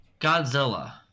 Godzilla